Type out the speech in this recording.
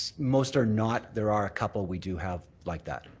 most are not. there are a couple we do have like that.